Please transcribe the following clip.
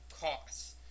costs